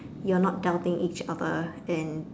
you're not doubting each other and